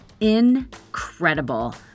incredible